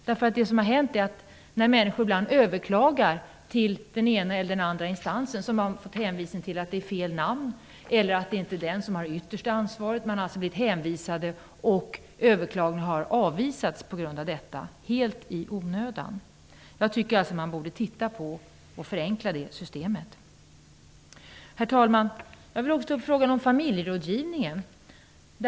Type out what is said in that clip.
Det som nämligen har hänt är, att när människor ibland överklagar till den ena eller den andra instansen har de fått hänvisningen att de använt fel namn på instansen eller att just den instans som de vänt sig till inte har det yttersta ansvaret. De har alltså blivit hänvisade, och överklagningen har helt i onödan avvisats på grund av detta. Man borde alltså se över detta system och förenkla det. Herr talman! Jag vill också ta upp frågan om familjerådgivningen.